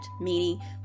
Meaning